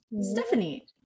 Stephanie